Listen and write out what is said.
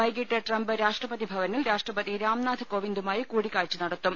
വൈകിട്ട് ട്രംപ് രാഷ്ട്രപതിഭവനിൽ രാഷ്ട്രപതി രാംനാഥ് കോവിന്ദുമായി കൂടിക്കാഴ്ച നടത്തും